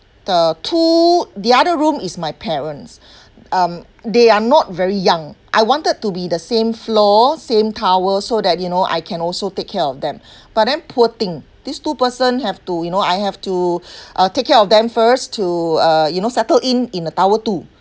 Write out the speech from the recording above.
the two the other room is my parents um they are not very young I wanted to be the same floor same tower so that you know I can also take care of them but then poor thing these two person have to you know I have to uh take care of them first to uh you know settled in in the tower two